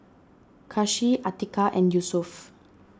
Kasih Atiqah and Yusuf